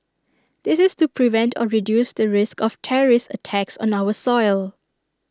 this is to prevent or reduce the risk of terrorist attacks on our soil